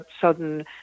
sudden